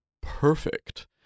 perfect